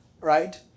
right